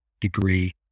degree